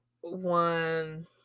one